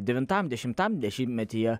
devintam dešimtam dešimtmetyje